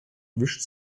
wischt